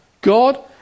God